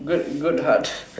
good good heart